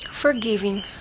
Forgiving